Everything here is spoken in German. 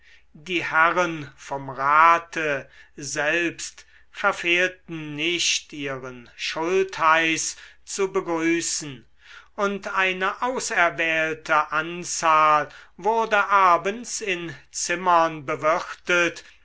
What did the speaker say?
die herren vom rate selbst verfehlten nicht ihren schultheiß zu begrüßen und eine auserwählte anzahl wurde abends in zimmern bewirtet